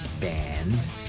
band